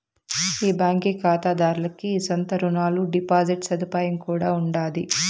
ఈ బాంకీ కాతాదార్లకి సొంత రునాలు, డిపాజిట్ సదుపాయం కూడా ఉండాది